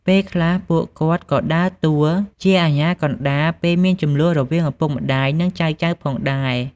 ពេលខ្លះ ពួកគាត់ក៏ដើរតួជាអាជ្ញាកណ្ដាលពេលមានជម្លោះរវាងឪពុកម្ដាយ និងចៅៗផងដែរ។